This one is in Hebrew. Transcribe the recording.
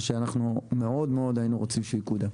אנחנו מאוד היינו רוצים שיקודם.